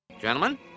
Gentlemen